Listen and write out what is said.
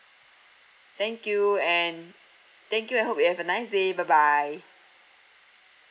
thank you and thank you I hope you have a nice day bye bye